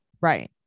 right